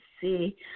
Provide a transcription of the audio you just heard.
see